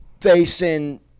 facing